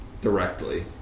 directly